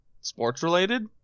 sports-related